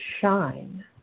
shine